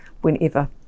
whenever